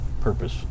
purpose